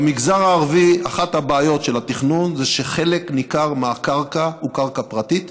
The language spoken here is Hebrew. במגזר הערבי אחת הבעיות של התכנון היא שחלק ניכר מהקרקע הוא קרקע פרטית,